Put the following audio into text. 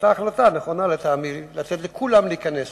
היתה החלטה נכונה לטעמי, לתת לכולם להיכנס.